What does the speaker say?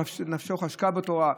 נפשו חשקה בתורה,